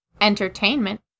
entertainment